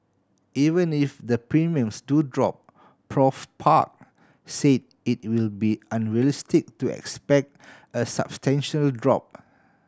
even if the premiums do drop Prof Park said it will be unrealistic to expect a substantial drop